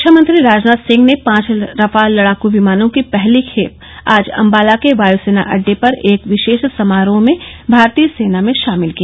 रक्षा मंत्री राजनाथ सिंह ने पांच रफाल लडाकू विमानों की पहली खेप आज अम्बाला के वायुसेना अड्डे पर एक विशेष समारोह में भारतीय सेना में शामिल की